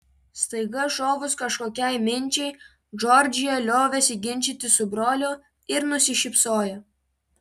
staiga šovus kažkokiai minčiai džordžija liovėsi ginčytis su broliu ir nusišypsojo